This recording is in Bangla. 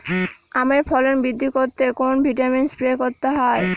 আমের ফলন বৃদ্ধি করতে কোন ভিটামিন স্প্রে করতে হয়?